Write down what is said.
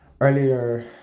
Earlier